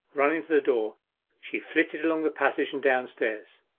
running to the door she flitted along the passage, and downstairs.